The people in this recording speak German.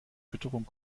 fütterung